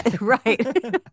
Right